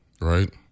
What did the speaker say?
right